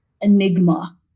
enigma